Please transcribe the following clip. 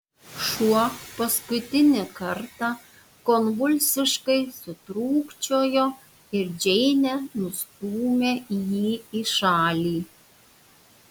šuo paskutinį kartą konvulsiškai sutrūkčiojo ir džeinė nustūmė jį į šalį